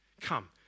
Come